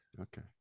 Okay